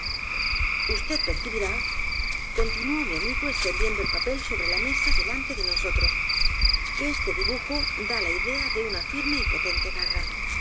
usted percibirá continuó mi amigo extendiendo el papel sobre la mesa delante de nosotros que este dibujo da la idea de una íirme y potente garra